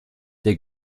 der